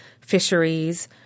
Fisheries